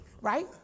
right